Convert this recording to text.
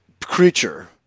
creature